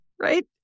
right